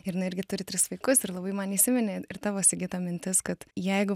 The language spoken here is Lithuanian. ir jinai irgi turi tris vaikus ir labai man įsiminė ir tavo sigita mintis kad jeigu